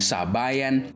Sabayan